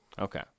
Okay